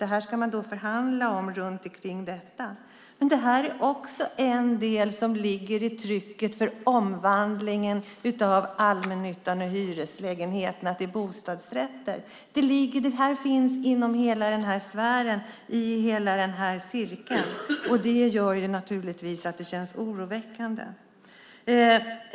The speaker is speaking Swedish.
Man ska då förhandla om detta. Men det här är också en del som ligger i trycket för omvandlingen av allmännyttan och hyreslägenheterna till bostadsrätter. Det här finns inom hela den här sfären, i hela den här cirkeln, och det gör naturligtvis att det känns oroväckande.